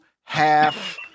half-